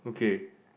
okay